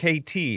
KT